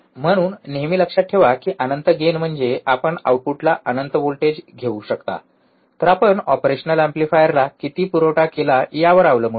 म्हणून नेहमी लक्षात ठेवा की अनंत गेन म्हणजे आपण आउटपुटला अनंत व्होल्टेज घेऊ शकतो तर आपण ऑपरेशनल एम्प्लीफायरला किती पुरवठा केला यावर अवलंबून आहे